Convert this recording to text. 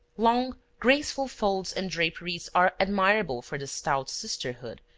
long, graceful folds and draperies are admirable for the stout sisterhood,